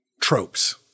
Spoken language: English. tropes